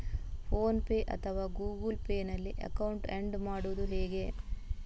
Phone pay ಅಥವಾ Google Pay ನಲ್ಲಿ account add ಮಾಡುವುದು ಹೇಗೆ?